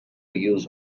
use